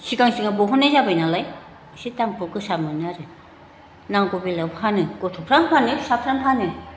सिगां सिगां बहन्नाय जाबाय नालाय इसे दामखौ गोसा मोनो आरो नांगौ बेलायाव फानो गथ'फ्रानो फानो फिसाफ्रानो फानो